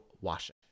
washing